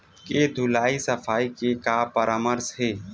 के धुलाई सफाई के का परामर्श हे?